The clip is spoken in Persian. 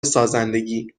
سازندگی